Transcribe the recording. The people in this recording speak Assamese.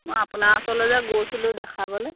মই আপোনাৰ ওচৰলৈ যে গৈছিলোঁ দেখাবলৈ